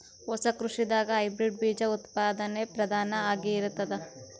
ಹೊಸ ಕೃಷಿದಾಗ ಹೈಬ್ರಿಡ್ ಬೀಜ ಉತ್ಪಾದನೆ ಪ್ರಧಾನ ಆಗಿರತದ